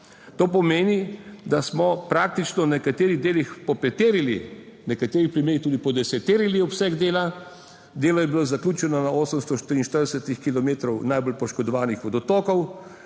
To pomeni, da smo praktično v nekaterih delih popeterili, nekaterih primerih tudi podeseterili obseg dela. Delo je bilo zaključeno na 844 kilometrov najbolj poškodovanih vodotokov.